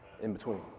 in-between